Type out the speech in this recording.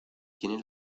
tiene